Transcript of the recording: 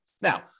Now